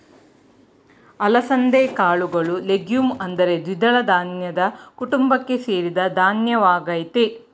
ಅಲಸಂದೆ ಕಾಳುಗಳು ಲೆಗ್ಯೂಮ್ ಅಂದರೆ ದ್ವಿದಳ ಧಾನ್ಯದ ಕುಟುಂಬಕ್ಕೆ ಸೇರಿದ ಧಾನ್ಯವಾಗಯ್ತೆ